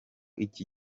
iki